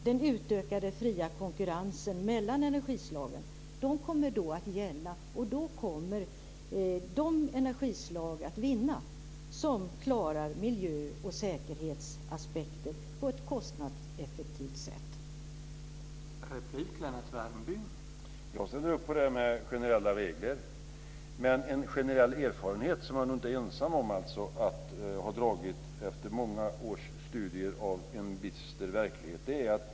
Den utökade fria konkurrensen mellan energislagen kommer då att gälla, och då kommer de energislag som klarar miljö och säkerhetsaspekter på ett kostnadseffektivt sätt att vinna.